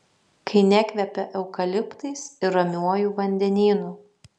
kai nekvepia eukaliptais ir ramiuoju vandenynu